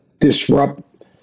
disrupt